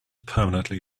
permanently